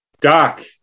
Doc